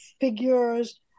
figures